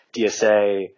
DSA